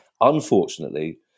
unfortunately